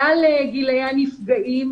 כלל גילי הנפגעים,